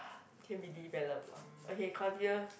can be developed lah okay continue